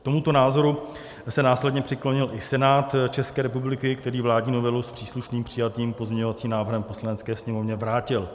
K tomuto názoru se následně přiklonil i Senát České republiky, který vládní novelu s příslušným přijatým pozměňovacím návrhem Poslanecké sněmovně vrátil.